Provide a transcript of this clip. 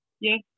yes